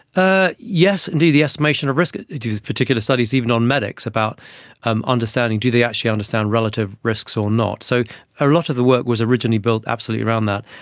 ah yes indeed, the estimation of risk, they do particular studies even on medics about um understanding do they actually understand relative risks or not. so a lot of the work was originally built absolutely around that.